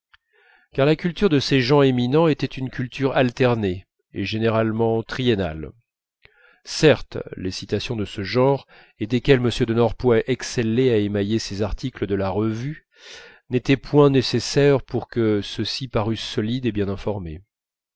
car la culture de ces gens éminents était une culture alternée et généralement triennale certes les citations de ce genre et desquelles m de norpois excellait à émailler ses articles de la revue n'étaient point nécessaires pour que ceux-ci parussent solides et bien informés